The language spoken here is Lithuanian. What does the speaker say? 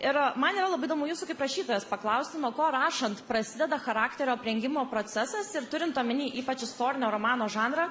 ir man yra labai įdomu jūsų kaip rašytojos paklausiu nuo ko rašant prasideda charakterio aprengimo procesas ir turint omeny ypač istorinio romano žanrą